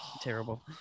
terrible